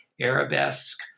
arabesque